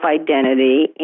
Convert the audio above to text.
identity